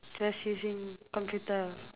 just using computer